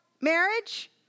Marriage